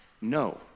No